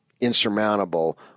insurmountable